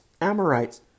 Amorites